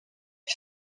lui